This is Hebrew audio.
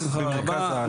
בשמחה רבה,